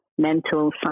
Mental